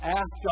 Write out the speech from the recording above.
ask